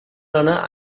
runner